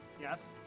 Yes